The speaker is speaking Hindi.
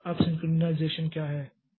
अब सिंक्रनाइज़ेशन क्या है